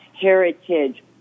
Heritage